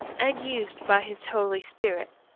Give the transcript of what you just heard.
and used by his holy spirit.